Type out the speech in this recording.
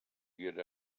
get